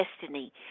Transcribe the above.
destiny